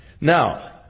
Now